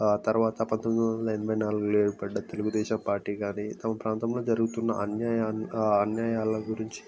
ఆ తర్వాత పంతొమ్మిది వందల ఎనభై నాలుగులో ఏర్పడ్డ తెలుగుదేశం పార్టీ కానీ తమ ప్రాంతంలో జరుగుతున్న అన్యాయాన్ని ఆ అన్యాయాల గురించి